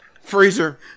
Freezer